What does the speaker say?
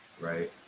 right